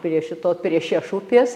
prie šito prie šešupės